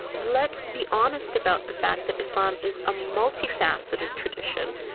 let's be honest about the fact that islam is a multifaceted tradition.